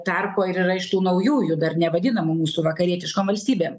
tarpo ir yra iš tų naujųjų dar nevadinamų mūsų vakarietiškom valstybėm